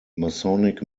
masonic